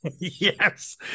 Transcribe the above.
yes